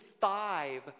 five